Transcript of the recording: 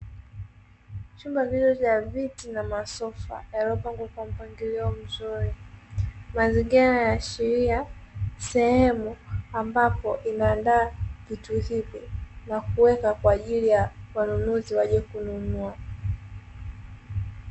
Vyumba viwili cha viti na masofa yaliyopangwa kwa mpangilio mzuri. Mazingira yanaashiria sehemu ambapo inaandaa vitu hivyo na kuwekwa kwa ajili ya wanunuzi waje kununua.